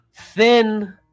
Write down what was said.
thin